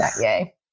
Yay